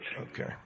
Okay